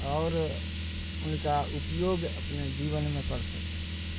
आओर हुनका उपयोग अपने जीवनमे करि सकी